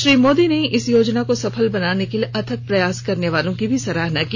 श्री मोदी ने इस योजना को सफल बनाने के लिए अथक प्रयास करने वालों की भी सराहना की